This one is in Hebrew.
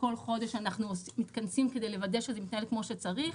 כל חודש אנחנו מתכנסים כדי לוודא שזה מתנהל כמו שצריך.